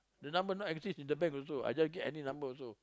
the number not exist in the bank also I just give any number also